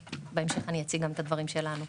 בהמשך אני אציג גם את הדברים שלנו.